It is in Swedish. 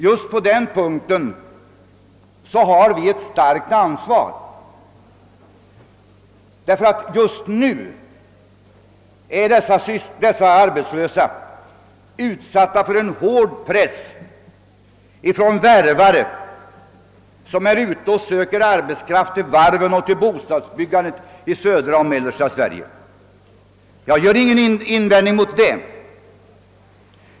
Just på denna punkt har vi ett starkt ansvar, eftersom de arbetslösa inom området är utsatta för en hård press från värvare, som är ute och söker arbetskraft till varven och till bostadsbyggandet i södra och mellersta Sverige. Jag gör ingen invändning mot denna verksamhet.